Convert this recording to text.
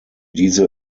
diese